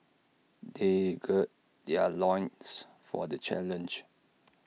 they gird their loins for the challenge